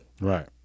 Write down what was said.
Right